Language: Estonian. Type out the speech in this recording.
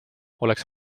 oleks